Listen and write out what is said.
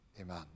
amen